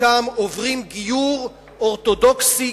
חלקם עוברים גיור אורתודוקסי,